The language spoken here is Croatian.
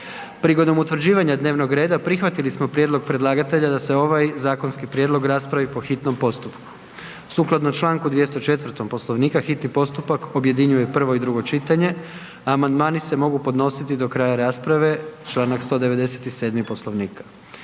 Prigodom utvrđivanja dnevnog reda prihvatili smo prijedlog predlagatelja da se ovaj zakonski prijedlog raspravi po hitnom postupku. Sukladno čl. 204. Poslovnika hitni postupak objedinjuje prvo i drugo čitanje. Amandmani se mogu podnositi do kraja rasprave, čl. 197. Poslovnika.